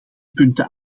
punten